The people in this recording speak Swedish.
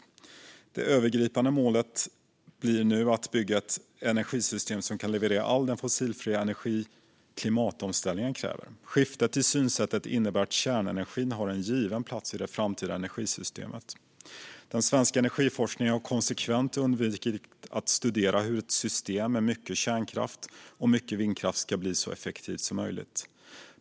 Det övergripande målet blir nu att bygga ett energisystem som kan leverera all den fossilfria energi som klimatomställningen kräver. Skiftet i synsätt innebär att kärnenergin har en given plats i det framtida energisystemet. Den svenska energiforskningen har konsekvent undvikit att studera hur ett system med mycket kärnkraft och mycket vindkraft ska bli så effektivt som möjligt.